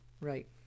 Right